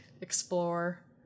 explore